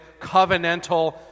covenantal